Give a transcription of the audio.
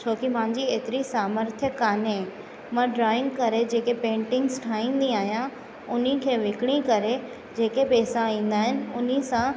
छो कि मांजी एतिरी सामर्थय काने मां ड्राइंग करे जेके पेंटिंग्स ठाहींदी आहियां हुनखे विकिणी करे जेके पैसा ईंदा आहिनि हुन सां